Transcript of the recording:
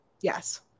Yes